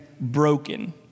broken